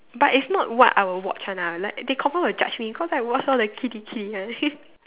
but it's not what I will watch one ah like they confirm will judge me cause I watch all the kiddie kiddie one